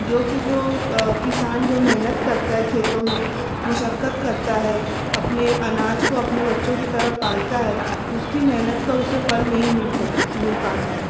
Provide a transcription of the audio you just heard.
جوکہ جو کسان جو محنت کرتا ہے کھیتوں میں مشقت کرتا ہے اپنے اناج کو اپنے بچوں کی طرح پالتا ہے اس کی محنت کا اسے پھل نہیں مل سکت مل پاتا ہے